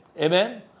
Amen